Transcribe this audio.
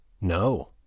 No